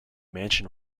mansion